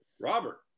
robert